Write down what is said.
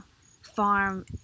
farm